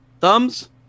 thumbs